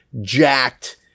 jacked